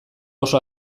oso